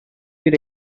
bir